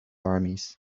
armies